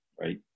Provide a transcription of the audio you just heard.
right